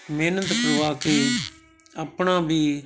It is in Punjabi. ਮਿਹਨਤ ਕਰਵਾ ਕੇ ਆਪਣਾ ਵੀ